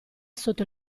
sotto